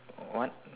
what